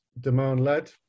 demand-led